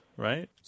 Right